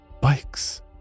Bikes